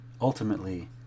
ultimately